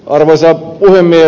arvoisa puhemies